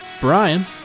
Brian